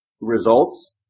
results